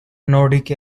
nordic